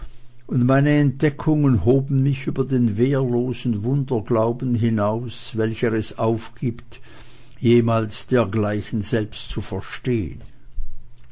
und meine entdeckungen hoben mich über den wehrlosen wunderglauben hinaus welcher es aufgibt jemals dergleichen selbst zu verstehen